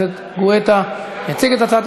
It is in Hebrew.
חבר הכנסת יגאל גואטה יציג את הצעת